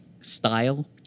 style